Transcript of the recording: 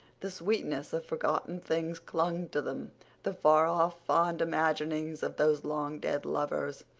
the sweetness of forgotten things clung to them the far-off, fond imaginings of those long-dead lovers.